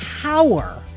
power